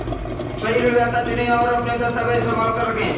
सही ऋणदाता चुनें, और अपने दस्तावेज़ संभाल कर रखें